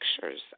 pictures